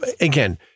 Again